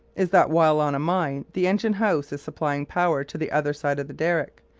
is that while on a mine the engine-house is supplying power to the other side of the derrick,